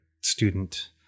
student